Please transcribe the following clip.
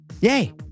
yay